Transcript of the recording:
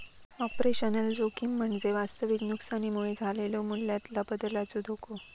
operational जोखीम म्हणजे वास्तविक नुकसानीमुळे झालेलो मूल्यातला बदलाचो धोको